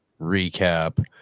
recap